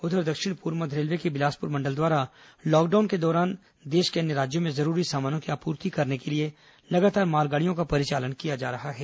उधर दक्षिण पूर्व मध्य रेलवे के बिलासपुर मंडल द्वारा लॉकडाउन के दौरान देश के अन्य राज्यों में जरूरी सामानों की आपूर्ति करने के लिए लगातार मालगाड़ियों का परिचालन किया जा रहा है